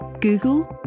Google